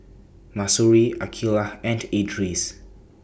Mahsuri Aqeelah and Idris